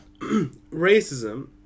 Racism